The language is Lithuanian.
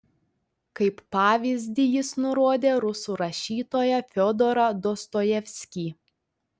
kaip pavyzdį jis nurodė rusų rašytoją fiodorą dostojevskį